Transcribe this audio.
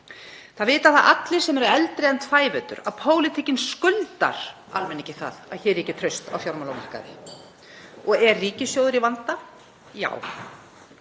Það vita allir sem eru eldri en tvævetur að pólitíkin skuldar almenningi það að hér ríki traust á fjármálamarkaði. Og er ríkissjóður í vanda? Já.